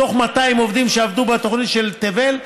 מתוך 200 עובדים שעבדו בתוכנית של תבל,